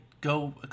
go